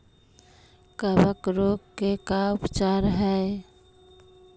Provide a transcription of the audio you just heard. कबक रोग के का उपचार है?